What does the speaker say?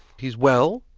he's well,